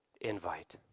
invite